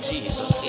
Jesus